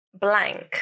blank